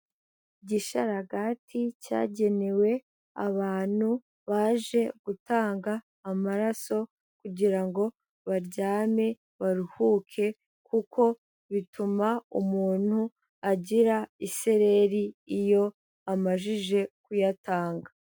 Igisharagati cyagenewe abantu baje gutanga amaraso kugira ngo baryame baruhuke kuko bituma umuntu agira isereri iyo amajije kuyatanga.